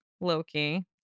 Loki